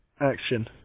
action